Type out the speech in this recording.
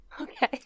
Okay